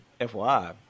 FYI